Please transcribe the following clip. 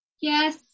Yes